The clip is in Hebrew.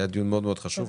היה דיון מאוד מאוד חשוב.